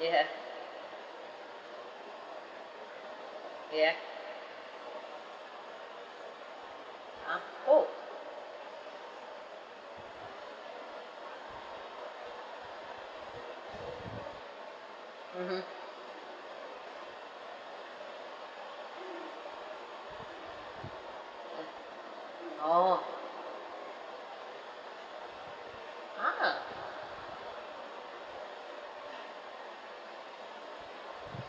ya ya !huh! orh mmhmm orh ah